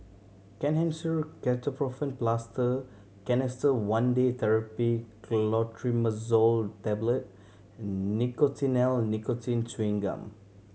Kenhancer Ketoprofen Plaster Canesten One Day Therapy Clotrimazole Tablet and Nicotinell Nicotine Chewing Gum